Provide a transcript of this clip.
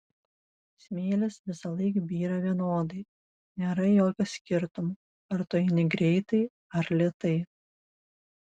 smėlis visąlaik byra vienodai nėra jokio skirtumo ar tu eini greitai ar lėtai